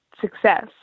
success